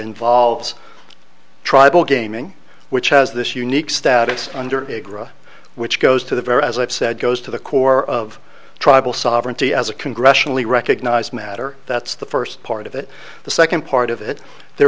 involves tribal gaming which has this unique status under which goes to the very as i've said goes to the core of tribal sovereignty as a congressionally recognized matter that's the first part of it the second part of it there